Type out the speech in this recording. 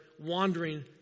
wandering